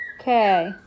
okay